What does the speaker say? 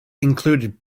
included